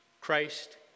Christ